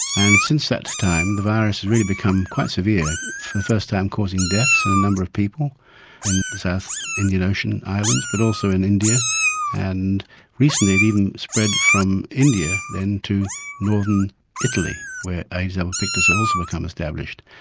and since that time the virus has really become quite severe for the first time causing deaths in a number of people in the south indian ocean islands but also in india and recently it even spread from india then to northern italy where aedes albopictus has also become established.